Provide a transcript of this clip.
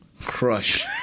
crush